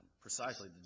precisely